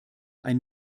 ein